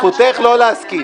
--- זכותך לא להסכים,